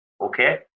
Okay